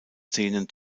szenen